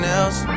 else